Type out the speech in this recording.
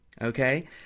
okay